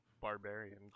barbarian